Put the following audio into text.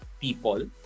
people